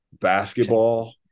basketball